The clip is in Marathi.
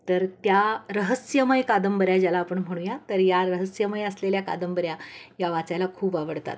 तर त्या रहस्यमय कादंबऱ्या ज्याला आपण म्हणूया तर या रहस्यमय असलेल्या कादंबऱ्या या वाचायला खूप आवडतात